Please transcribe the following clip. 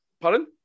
Pardon